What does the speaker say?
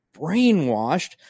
brainwashed